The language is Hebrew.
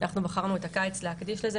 אנחנו בחרנו את הקיץ להקדיש לזה.